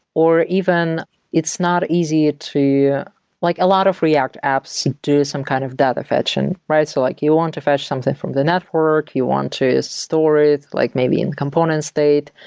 or even it's not easy to like a lot of react apps you do some kind of data fetching, and right? so like you want to fetch something from the network, you want to store it, like maybe in component state,